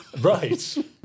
Right